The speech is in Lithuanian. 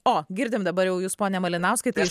o girdim dabar jau jus pone malinauskai tai aš